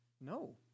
No